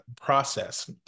process